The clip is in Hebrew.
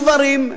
גברים,